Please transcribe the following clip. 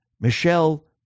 Michelle